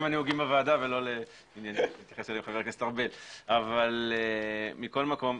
מכל מקום,